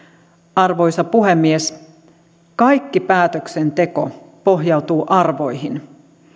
arvoisa puhemies kaikki päätöksenteko pohjautuu arvoihin